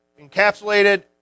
encapsulated